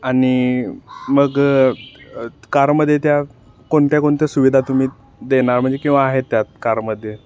आणि मग कारमध्ये त्या कोणत्या कोणत्या सुविधा तुम्ही देणार म्हणजे किंवा आहेत त्यात कारमध्ये